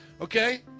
Okay